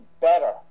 better